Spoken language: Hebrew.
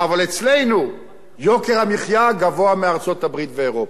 אבל אצלנו יוקר המחיה גבוה מיוקר המחיה בארצות-הברית ואירופה.